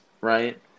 Right